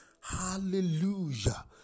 Hallelujah